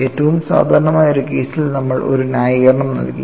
ഏറ്റവും സാധാരണമായ ഒരു കേസിൽ നമ്മൾ ഒരു ന്യായീകരണം നൽകി